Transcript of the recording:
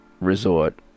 Resort